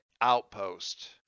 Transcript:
outpost